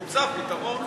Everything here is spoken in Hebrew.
נמצא פתרון.